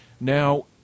Now